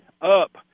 up